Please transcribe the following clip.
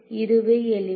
இதுவே எலிமெண்ட் 1234